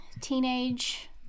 teenage